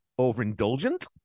overindulgent